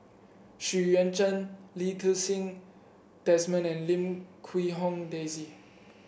Xu Yuan Zhen Lee Ti Seng Desmond and Lim Quee Hong Daisy